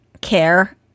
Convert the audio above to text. care